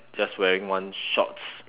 just wearing one shorts